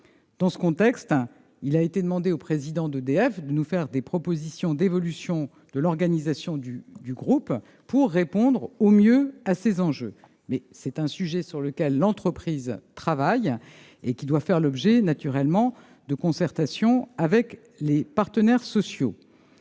Dans ce contexte, nous avons demandé au président d'EDF de nous faire des propositions d'évolution de l'organisation du groupe pour répondre au mieux à ces enjeux. C'est un sujet sur lequel l'entreprise travaille et qui, naturellement, doit faire l'objet de concertations avec les partenaires sociaux.